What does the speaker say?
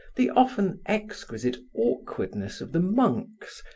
the often exquisite awkwardness of the monks,